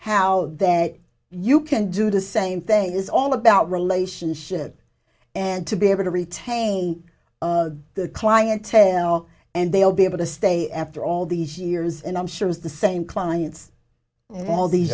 how that you can do the same thing is all about relationships and to be able to retain their clientele and they'll be able to stay after all these years and i'm sure is the same clients and all these